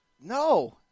no